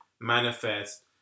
manifest